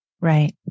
Right